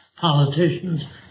politicians